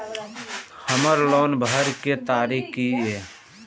हमर लोन भरय के तारीख की ये?